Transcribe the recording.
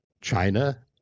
China